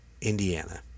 Indiana